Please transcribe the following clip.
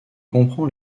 comprend